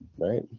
right